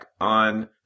on